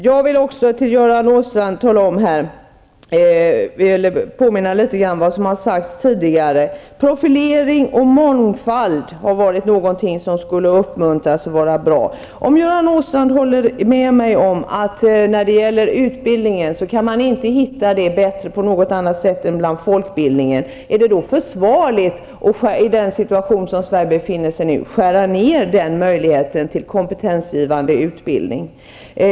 Jag vill också påminna Göran Åstrand litet grand om vad som har sagts tidigare. Profilering och mångfald har varit någonting som skulle uppmuntras. Om Göran Åstrand håller med mig om att man, när det gäller utbildning, inte kan hitta något bättre än folkbildning, är det då försvarligt att skära ned den möjligheten till kompetensgivande utbildning i den situation som Sverige befinner sig i nu?